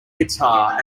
guitar